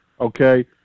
Okay